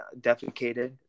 defecated